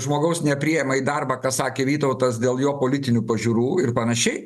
žmogaus nepriima į darbą ką sakė vytautas dėl jo politinių pažiūrų ir panašiai